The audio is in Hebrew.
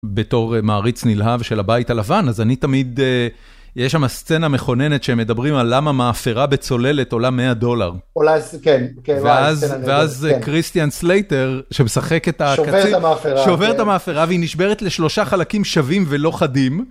בתור מעריץ נלהב של הבית הלבן, אז אני תמיד... יש שמה סצנה מכוננת שמדברים על למה מאפרה בצוללת עולה 100 דולר. עולה... כן. ואז קריסטיאן סלייטר, ששוחק את הקצין, שובר את המאפרה, והיא נשברת לשלושה חלקים שווים ולא חדים.